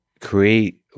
create